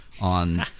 on